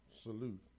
salute